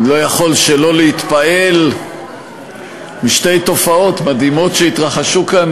אני לא יכול שלא להתפעל משתי תופעות מדהימות שהתרחשו כאן,